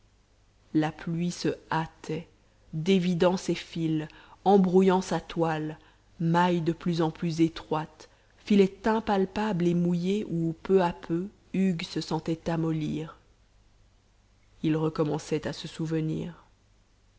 la pluie se hâtait dévidant ses fils embrouillant sa toile mailles de plus en plus étroites filet impalpable et mouillé où peu à peu hugues se sentait amollir il recommençait à se souvenir